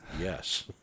Yes